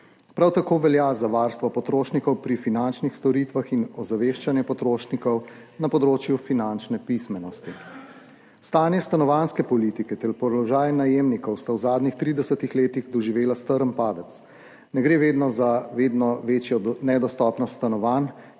Prav tako velja za varstvo potrošnikov pri finančnih storitvah in ozaveščanje potrošnikov na področju finančne pismenosti. Stanje stanovanjske politike ter položaj najemnikov sta v zadnjih 30 letih doživela strm padec. Ne gre za vedno večjo nedostopnost stanovanj,